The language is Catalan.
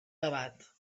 debat